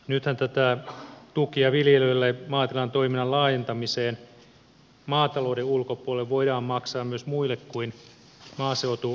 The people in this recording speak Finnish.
nythän tätä tukea viljelijöille maatilan toiminnan laajentamiseen maatalouden ulkopuolelle voidaan maksaa myös muille kuin maaseutualueille